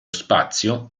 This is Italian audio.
spazio